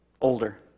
older